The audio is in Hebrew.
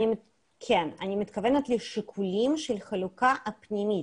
אני מתכוונת לשיקולים של החלוקה הפנימית,